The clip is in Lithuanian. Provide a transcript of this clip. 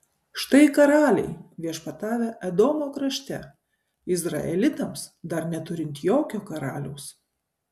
štai karaliai viešpatavę edomo krašte izraelitams dar neturint jokio karaliaus